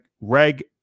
Reg